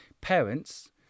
parents